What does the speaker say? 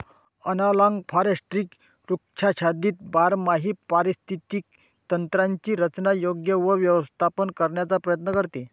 analogue forestry वृक्षाच्छादित बारमाही पारिस्थितिक तंत्रांची रचना, योजना व व्यवस्थापन करण्याचा प्रयत्न करते